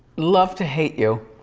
love to hate you.